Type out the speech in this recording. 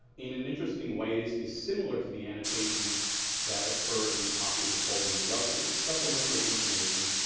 in an interesting way is is similar to the annotations that occur in copies of ptolemy's geography. supplementary information,